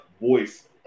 voice